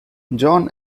john